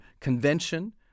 convention